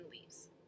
leaves